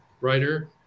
writer